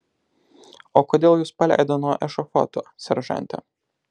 o kodėl jus paleido nuo ešafoto seržante